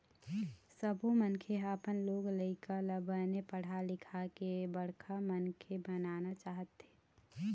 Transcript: सब्बो मनखे ह अपन लोग लइका ल बने पढ़ा लिखा के बड़का मनखे बनाना चाहथे